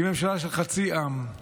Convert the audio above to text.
היא ממשלה של חצי עם.